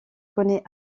connait